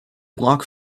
block